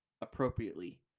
appropriately